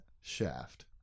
shaft